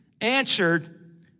answered